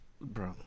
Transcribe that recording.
bro